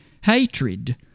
hatred